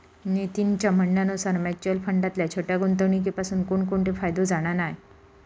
नितीनच्या म्हणण्यानुसार मुच्युअल फंडातल्या छोट्या गुंवणुकीपासून कोणतोय फायदो जाणा नाय